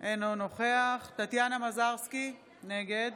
אינו נוכח טטיאנה מזרסקי, נגד